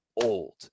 old